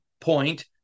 point